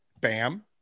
BAM